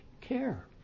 care